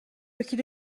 کیلو